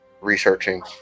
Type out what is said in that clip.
researching